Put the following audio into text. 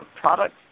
products